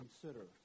consider